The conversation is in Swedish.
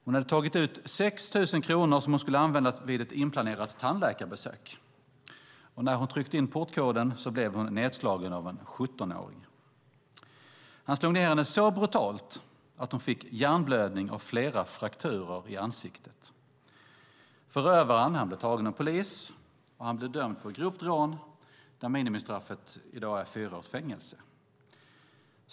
Hon hade tagit ut 6 000 kronor som hon skulle använda vid ett inplanerat tandläkarbesök. När hon tryckte in portkoden blev hon nedslagen av en 17-åring. Han slog ned henne så brutalt att hon fick en hjärnblödning och flera frakturer i ansiktet. Förövaren blev tagen av polis och dömdes för grovt rån, där minimistraffet i dag är fyra års fängelse.